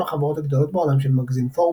החברות הגדולות בעולם של המגזין פורבס,